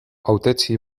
hautetsi